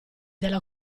dalla